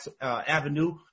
avenue